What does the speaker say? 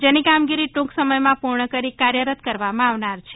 જેની કામગીરી ટૂંક સમયમાં પૂર્ણ કરી કાર્યરત કરવામાં આવનાર છે